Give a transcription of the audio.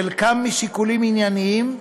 חלקן משיקולים ענייניים,